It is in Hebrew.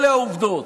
אלה העובדות.